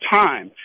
time